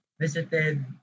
visited